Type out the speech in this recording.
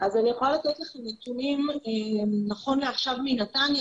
אני יכולה לתת לכם נתונים נכון לעכשיו מנתניה,